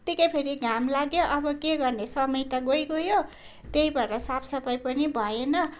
फेरि घाम लाग्यो अब के गर्ने समय त गइगयो त्यही भएर साफसफाई पनि भएन